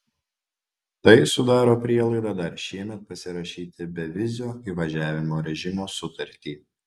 tai sudaro prielaidą dar šiemet pasirašyti bevizio įvažiavimo režimo sutartį